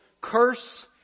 Curse